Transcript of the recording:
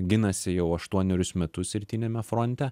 ginasi jau aštuonerius metus rytiniame fronte